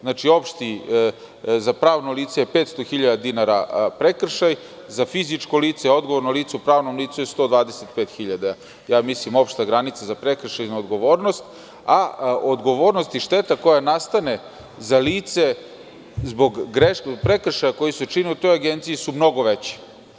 Znači, za pravno lice je 500.000 dinara prekršaj, za fizičko lice, odgovorno lice u pravnom licu je 125.000 dinara, mislim opšta granica za prekršajnu odgovornost, a odgovornost i šteta koja nastane za lice zbog prekršaja koji su učinili u toj agenciji su mnogo veće.